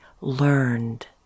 learned